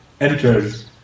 enters